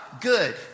good